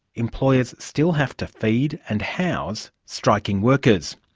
employers still have to feed and house striking workers.